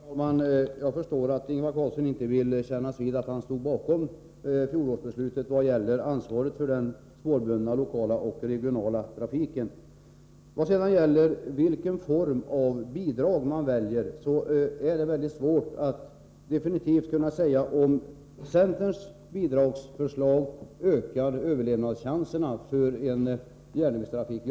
Herr talman! Jag förstår att Ingvar Karlsson i Bengtsfors inte vill kännas vid att han stod bakom fjolårets beslut när det gäller ansvaret för den spårbundna, lokala och regionala trafiken. När det gäller frågan om vilken form av bidrag man skall välja är det svårt att definitivt säga om centerns bidragsförslag ökar överlevnadschanserna för en viss järnvägstrafik.